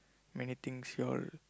many things you all